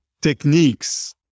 techniques